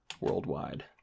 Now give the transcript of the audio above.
worldwide